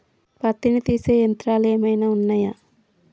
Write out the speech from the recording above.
పత్తిని తీసే యంత్రాలు ఏమైనా ఉన్నయా?